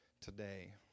today